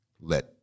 let –